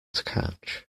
catch